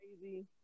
crazy